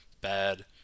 bad